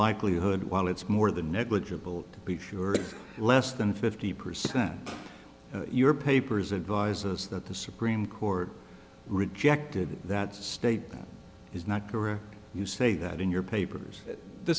likelihood while it's more than negligible to be sure less than fifty percent of your papers advise us that the supreme court rejected that statement is not correct you say that in your papers the